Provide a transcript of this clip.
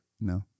No